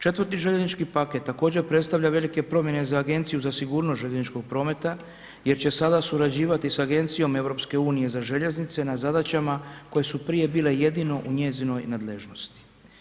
4. željeznički paket također predstavlja velike promjene za Agenciju za sigurnost željezničkog prometa jer će sada surađivati sa Agencijom EU za željeznice na zadaćama koje su prije bile jedino u njezinoj nadležnosti.